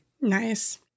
Nice